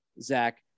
Zach